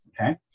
okay